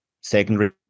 secondary